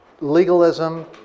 legalism